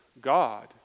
God